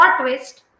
twist